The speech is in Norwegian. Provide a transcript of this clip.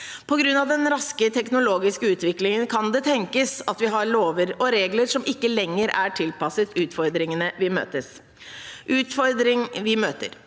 På grunn av den raske teknologiske utviklingen kan det tenkes at vi har lover og regler som ikke lenger er tilpasset utfordringene vi møter. Utfordringene med